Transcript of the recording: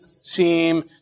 seem